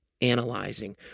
analyzing